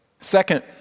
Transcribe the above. Second